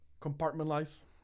Compartmentalize